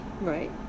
Right